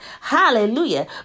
Hallelujah